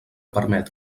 permet